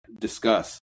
discuss